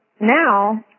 Now